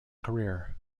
career